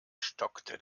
stockte